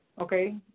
Okay